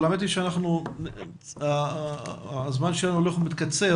אבל האמת שהזמן שלנו הולך ומתקצר.